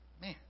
Man